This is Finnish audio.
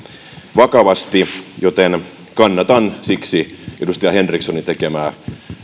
vakavasti joten kannatan siksi edustaja henrikssonin tekemää